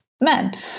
men